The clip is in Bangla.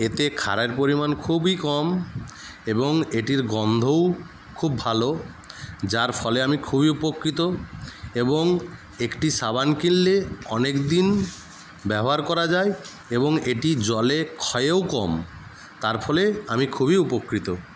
এতে ক্ষারের পরিমাণ খুবই কম এবং এটির গন্ধও খুব ভালো যার ফলে আমি খুবই উপকৃত এবং একটি সাবান কিনলে অনেকদিন ব্যবহার করা যায় এবং এটি জলে ক্ষয়ও কম তার ফলে আমি খুবই উপকৃত